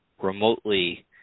remotely